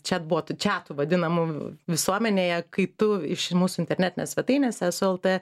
čiat botu čiatu vadinamu visuomenėje kai tu iš mūsų internetinės svetainės eso lt